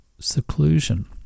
seclusion